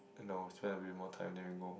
no spend a bit more time then we go